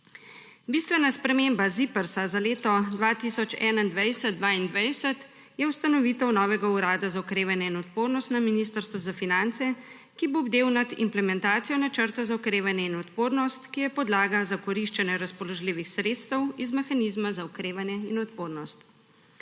Bistvena sprememba ZIPRS za leto 2021/2022 je ustanovitev novega Urada za okrevanje in odpornost na Ministrstvu za finance, ki bo bdel nad implementacijo Načrta za okrevanje in odpornost, ki je podlaga za koriščenje razpoložljivih sredstev iz mehanizma za okrevanje in odpornost.